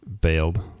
bailed